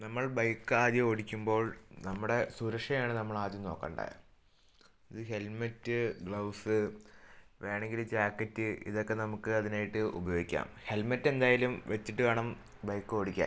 നമ്മൾ ബൈക്കാദ്യം ഓടിക്കുമ്പോൾ നമ്മുടെ സുരക്ഷയാണ് നമ്മളാദ്യം നോക്കേണ്ടത് ഇത് ഹെൽമെറ്റ് ഗ്ലൗസ് വേണമെങ്കില് ജാക്കറ്റ് ഇതൊക്കെ നമുക്ക് അതിനായിട്ട് ഉപയോഗിക്കാം ഹെല്മെറ്റെന്തായാലും വെച്ചിട്ട് വേണം ബൈക്കോടിക്കാൻ